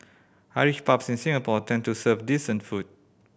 Irish pubs in Singapore tend to serve decent food